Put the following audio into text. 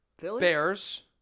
Bears